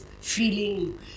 feeling